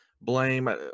blame